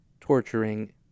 torturing